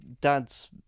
dad's